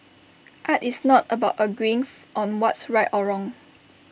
art is not about agreeing on what's right or wrong